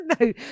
No